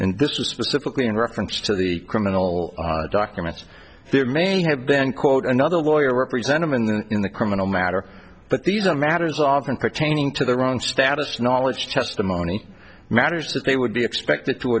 and this was specifically in reference to the criminal document there may have been quote another lawyer represent him in the in the criminal matter but these are matters often pertaining to the wrong status knowledge testimony matters that they would be expected to